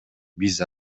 биз